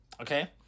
okay